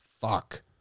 Fuck